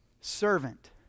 Servant